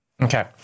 Okay